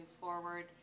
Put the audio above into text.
forward